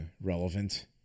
relevant